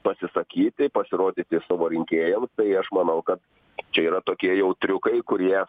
pasisakyti pasirodyti savo rinkėjams tai aš manau kad čia yra tokie jau triukai kurie